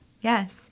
Yes